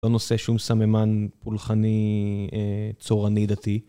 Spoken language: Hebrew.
לא נושא שום סממן פולחני, צורני, דתי.